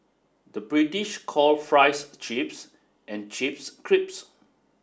the British call fries chips and chips crisps